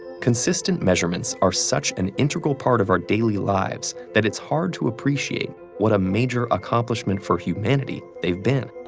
consistent measurements are such an integral part of our daily lives that it's hard to appreciate what a major accomplishment for humanity they've been.